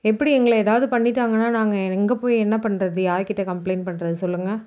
எப்படி எங்களை ஏதாவது பண்ணிவிட்டாங்கன்னா நாங்கள் எங்கே போய் என்ன பண்ணுறது யார் கிட்டே கம்ப்ளைண்ட் பண்ணுறது சொல்லுங்கள்